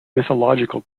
mythological